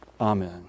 Amen